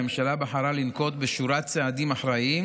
הממשלה בחרה לנקוט שורת צעדים אחראיים